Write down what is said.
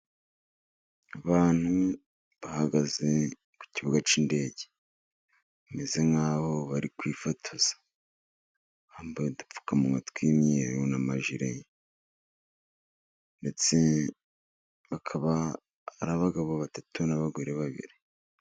Abantu bahagaze ku kibuga cy'indege bameze nkaho bari kwifotoza bambaye udupfukamunwa tw'imyeru n'amajire. ndetse bakaba ari abagabo batatu n'abagore babiri.